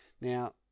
Now